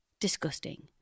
disgusting